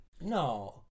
No